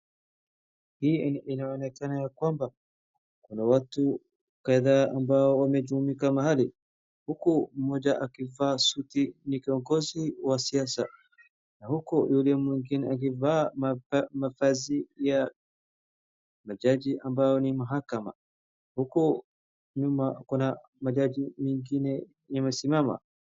Hii inaonekana ya kwamba kuna watu kadhaa wamejumuika mahali huku mmoja akivaa suti ni kiongozi wa siasa huku yule mwengine akivaa mavazi ya majaji ambayo ni mahakama. Huku nyuma kuna majaji mengine yamesimama.